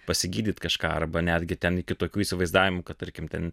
pasigydyt kažką arba netgi ten iki tokių įsivaizdavimų kad tarkim ten